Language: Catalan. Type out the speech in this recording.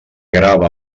grava